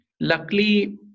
luckily